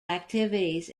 activities